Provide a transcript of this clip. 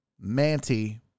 manti